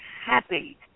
happy